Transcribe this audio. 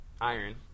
iron